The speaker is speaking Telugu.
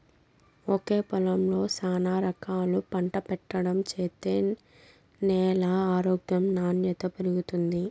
ఒకే పొలంలో శానా రకాలు పంట పెట్టడం చేత్తే న్యాల ఆరోగ్యం నాణ్యత పెరుగుతుంది